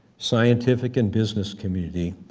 scientific and business community,